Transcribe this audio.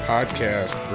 Podcast